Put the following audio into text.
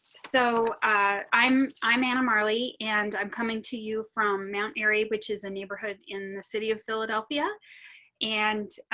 so i'm i'm anna marley and i'm coming to you from mount airy which is a neighborhood in the city of philadelphia and ah